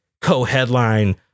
co-headline